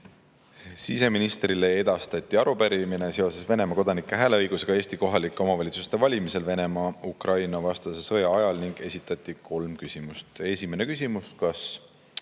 Siseministrile on edastatud arupärimine Venemaa kodanike hääleõiguse kohta Eesti kohalike omavalitsuste valimisel Venemaa Ukraina-vastase sõja ajal ning on esitatud kolm küsimust. Esimene küsimus: "Kas